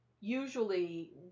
usually